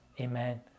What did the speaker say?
Amen